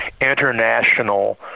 International